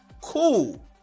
cool